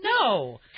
No